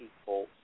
people